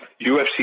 UFC